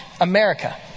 America